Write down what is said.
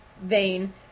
vein